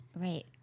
right